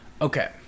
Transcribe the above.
Okay